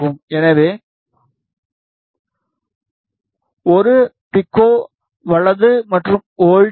எனவே 1E6 பைக்கோ வலது மற்றும் வோல்ட்டேஜ் 3